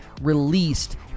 released